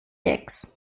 dix